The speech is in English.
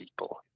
people